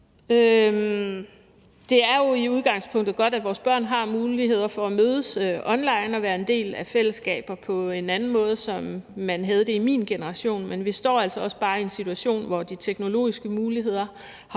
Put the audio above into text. Det er jo i udgangspunktet godt, at vores børn har muligheder for at mødes online og være en del af fællesskaber på en anden måde end den, man havde i min generation. Men vi står altså også bare i en situation, hvor de teknologiske muligheder har